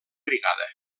brigada